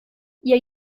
ihr